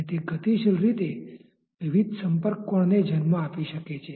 અને તે ગતિશીલ રીતે વિવિધ સંપર્ક કોણ ને જન્મ આપી શકે છે